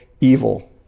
evil